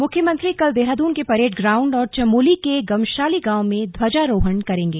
मुख्यमंत्री कल देहरादून के परेड ग्राउण्ड और चमोली के गम ााली गांव में ध्वजारोहण करेंगे